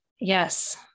Yes